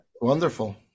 wonderful